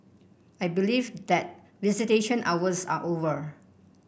I believe that visitation hours are over